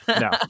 No